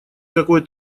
какой